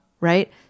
Right